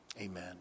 amen